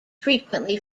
frequently